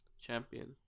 champion